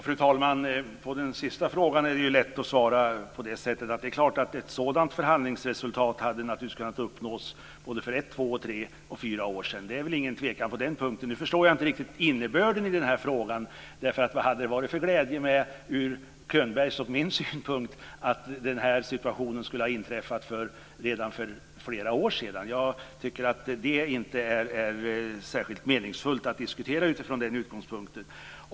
Fru talman! På den sista frågan är det lätt att svara att det är klart att ett sådant förhandlingsresultat naturligtvis hade kunnat uppnås för både ett, två, tre och fyra år sedan. Det är väl ingen tvekan på den punkten. Jag förstår inte riktigt innebörden i den här frågan. Vad hade det varit för glädje ur Könbergs och min synpunkt med att den här situationen skulle ha inträffat redan för flera år sedan? Jag tycker inte att det är särskilt meningsfullt att diskutera utifrån den utgångspunkten.